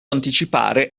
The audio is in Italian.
anticipare